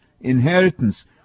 inheritance